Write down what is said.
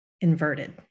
inverted